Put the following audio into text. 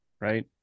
Right